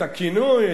את הכינוי,